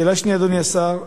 שאלה שנייה, אדוני השר: